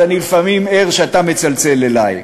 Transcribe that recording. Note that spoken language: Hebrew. אז אני לפעמים ער כשאתה מצלצל אלי.